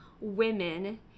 women